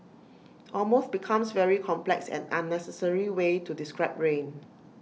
almost becomes very complex and unnecessary way to describe rain